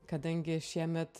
kadangi šiemet